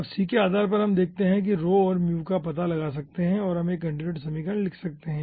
अब c के आधार पर आप देखते हैं कि हम ρ और μ का पता लगा सकते हैं और हम एक कंटीन्यूटी समीकरण लिख सकते हैं